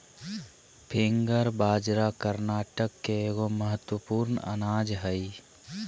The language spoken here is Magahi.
फिंगर बाजरा कर्नाटक के एगो महत्वपूर्ण अनाज हइ